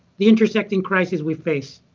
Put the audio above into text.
the intersecting crises we face.